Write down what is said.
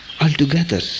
Altogether